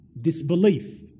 disbelief